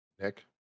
Nick